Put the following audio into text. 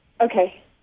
Okay